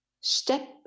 step